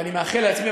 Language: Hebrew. ואני מאחל לעצמי,